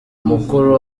umukuru